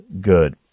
good